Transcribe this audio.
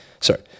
sorry